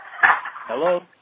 Hello